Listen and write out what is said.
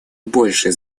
больше